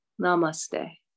Namaste